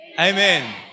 Amen